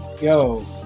yo